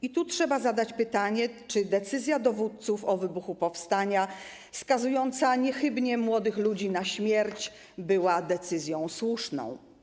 I tu trzeba zadać pytanie, czy decyzja dowódców o wybuchu powstania skazująca niechybnie młodych ludzi na śmierć była decyzją słuszną.